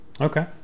okay